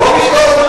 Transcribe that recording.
בוא נפתור את הבעיות,